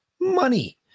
money